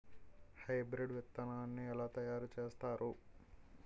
Hybrid విత్తనాన్ని ఏలా తయారు చేస్తారు?